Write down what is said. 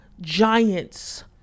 giants